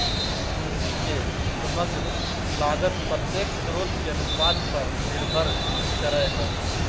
पूंजी के समग्र लागत प्रत्येक स्रोत के अनुपात पर निर्भर करय हइ